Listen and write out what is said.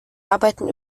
arbeiten